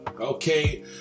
okay